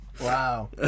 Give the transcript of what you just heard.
Wow